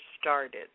started